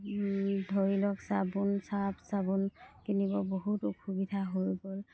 ধৰি লওক চাবোন চাৰ্ফ চাবোন কিনিব বহুত অসুবিধা হৈ গ'ল